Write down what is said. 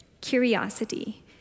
curiosity